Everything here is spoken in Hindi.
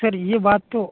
सर यह बात तो